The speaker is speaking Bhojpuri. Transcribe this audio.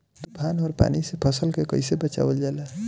तुफान और पानी से फसल के कईसे बचावल जाला?